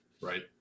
right